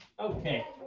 Okay